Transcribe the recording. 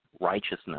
righteousness